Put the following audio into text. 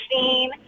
scene